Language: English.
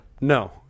No